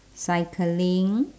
cycling